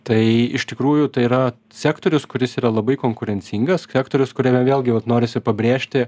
tai iš tikrųjų tai yra sektorius kuris yra labai konkurencingas sektorius kuriame vėlgi norisi pabrėžti